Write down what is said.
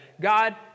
God